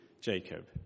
Jacob